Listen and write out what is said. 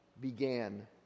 began